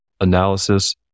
analysis